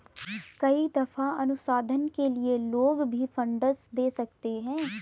कई दफा अनुसंधान के लिए लोग भी फंडस दे सकते हैं